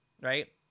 right